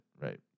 right